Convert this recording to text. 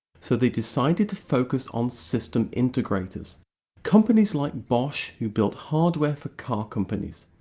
so they decided to focus on system integrators companies like bosch who build hardware for car companies.